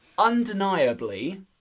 Undeniably